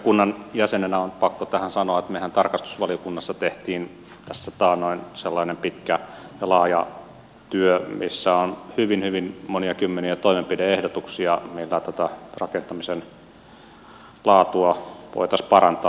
tarkastusvaliokunnan jäsenenä on pakko tähän sanoa että mehän tarkastusvaliokunnassa teimme tässä taannoin sellaisen pitkän ja laajan työn missä on hyvin hyvin monia kymmeniä toimenpide ehdotuksia millä tätä rakentamisen laatua voitaisiin parantaa